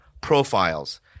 Profiles